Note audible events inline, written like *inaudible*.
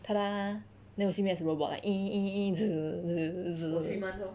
*noise* then you will see me as robot like *noise*